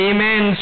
Amen